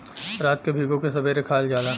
रात के भिगो के सबेरे खायल जाला